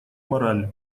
мораль